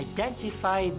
Identify